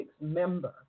member